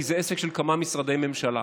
כי זה עסק של כמה משרדי ממשלה.